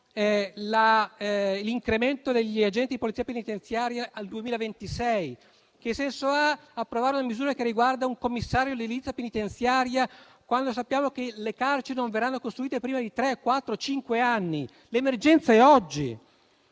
l'incremento degli agenti di polizia penitenziaria al 2026? Che senso ha approvare una misura che riguarda un commissario all'edilizia penitenziaria, quando sappiamo che le carceri non verranno costruite prima di tre, quattro o cinque anni? L'emergenza è oggi